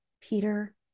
Peter